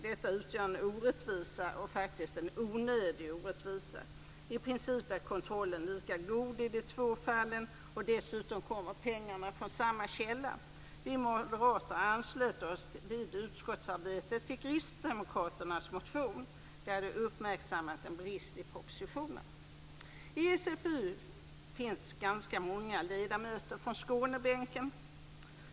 Detta utgör en orättvisa och faktiskt en onödig orättvisa. I princip är kontrollen lika god i de två fallen och dessutom kommer pengarna från samma källa. Vi moderater anslöt oss vid utskottsarbetet till kristdemokraternas motion, där man hade uppmärksammat en brist i propositionen. I socialförsäkringsutskottet finns ganska många ledamöter från Skånebänken.